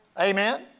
Amen